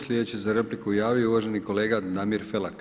Sljedeći se za repliku javio uvaženi kolega Damir Felak.